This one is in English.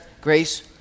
grace